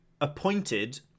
appointed